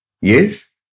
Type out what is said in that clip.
Yes